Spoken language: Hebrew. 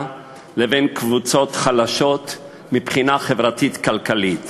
לבין קבוצות חלשות מבחינה חברתית-כלכלית.